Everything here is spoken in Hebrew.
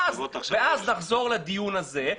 ואז נחזור לדיון הזה,